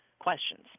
questions